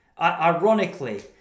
ironically